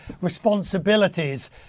responsibilities